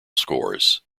scores